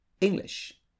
English